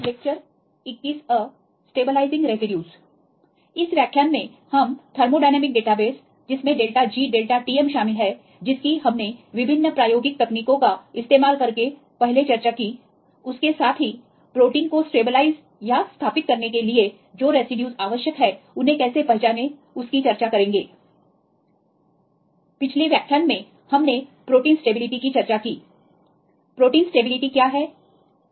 पिछले व्याख्यान में हमने प्रोटीन स्टेबिलिटी की चर्चा की प्रोटीन स्टेबिलिटी क्या है